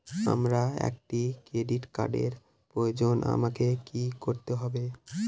আমার একটি ক্রেডিট কার্ডের প্রয়োজন আমাকে কি করতে হবে?